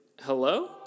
Hello